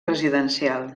residencial